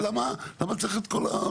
לדעת,